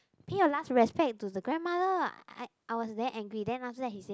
pay your last respect to the grandma lah I I was damn angry then after that he said